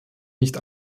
nicht